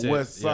West